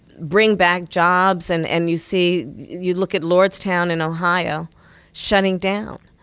bring back jobs. and and you see you look at lordstown in ohio shutting down.